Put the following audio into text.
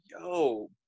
yo